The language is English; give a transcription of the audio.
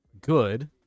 good